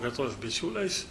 kartos bičiuliais